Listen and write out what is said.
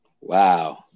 Wow